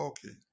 Okay